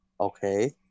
Okay